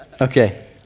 Okay